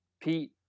Pete